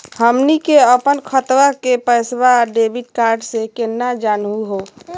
हमनी के अपन खतवा के पैसवा डेबिट कार्ड से केना जानहु हो?